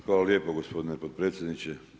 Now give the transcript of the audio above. Hvala lijepo gospodine potpredsjedniče.